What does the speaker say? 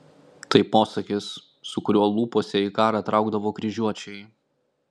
tai posakis su kuriuo lūpose į karą traukdavo kryžiuočiai